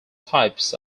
types